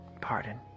Pardon